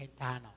eternal